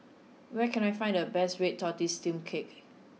where can I find the best red tortoise steamed cake